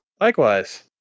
Likewise